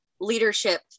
leadership